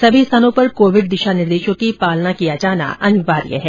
सभी स्थानों पर कोविड दिशा निर्देशों की पालना किया जाना अनिर्वाय है